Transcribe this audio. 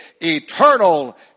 eternal